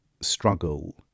struggle